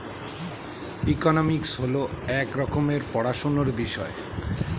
economics হল এক রকমের পড়াশোনার বিষয়